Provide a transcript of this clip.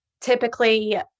typically